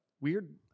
weird